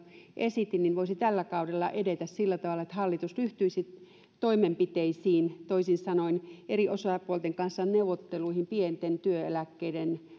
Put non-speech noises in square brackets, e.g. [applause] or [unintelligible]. esitin voisi tällä kaudella edetä sillä tavalla että hallitus ryhtyisi toimenpiteisiin toisin sanoen eri osapuolten kanssa neuvotteluihin pienten työeläkkeiden [unintelligible]